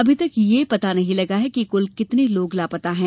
अभी तक यह पता नहीं लगा है कि कुल कितने लोग लापता हैं